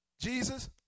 Jesus